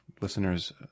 listeners